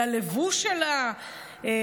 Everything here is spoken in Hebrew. הלבוש שלהן.